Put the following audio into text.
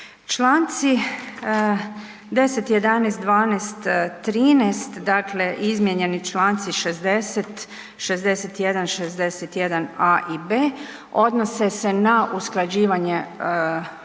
Članci 10., 11., 12., 13., dakle, izmijenjeni čl. 60., 61., 61.a i b, odnose se na usklađivanje